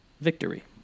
victory